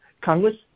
Congress